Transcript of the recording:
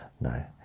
No